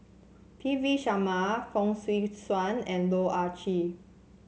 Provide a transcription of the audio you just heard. P V Sharma Fong Swee Suan and Loh Ah Chee